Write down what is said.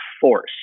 force